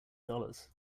dollars